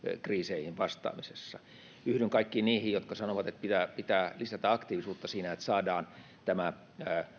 kriiseihin vastaamisessa yhdyn kaikkiin niihin jotka sanovat että pitää lisätä aktiivisuutta siinä että saadaan tämä